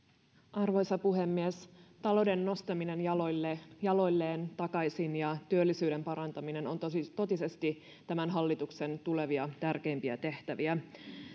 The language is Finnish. arvoisa puhemies talouden nostaminen takaisin jaloilleen ja työllisyyden parantaminen ovat totisesti tämän hallituksen tulevia tärkeimpiä tehtäviä